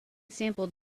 sampled